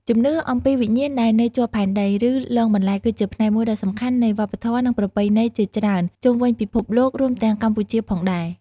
ជំនឿអំពីវិញ្ញាណដែលនៅជាប់ផែនដី ឬលងបន្លាច គឺជាផ្នែកមួយដ៏សំខាន់នៃវប្បធម៌ និងប្រពៃណីជាច្រើនជុំវិញពិភពលោក រួមទាំងកម្ពុជាផងដែរ។